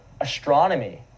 astronomy